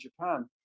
Japan